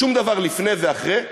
שום דבר לפני ואחרי,